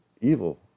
evil